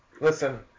Listen